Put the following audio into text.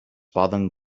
poden